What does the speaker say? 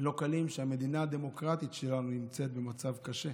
לא קלים כשהמדינה הדמוקרטית שלנו נמצאת במצב קשה.